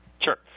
Sure